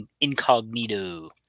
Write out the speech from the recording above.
Incognito